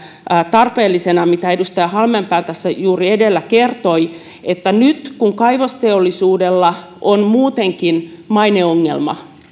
tarpeellisena mitä edustaja halmeenpääkin tässä juuri edellä kertoi että nyt kun kaivosteollisuudella on muutenkin maineongelma